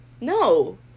No